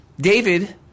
David